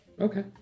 Okay